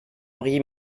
henri